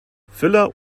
füller